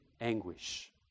anguish